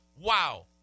Wow